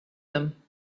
them